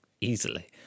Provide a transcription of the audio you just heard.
easily